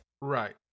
Right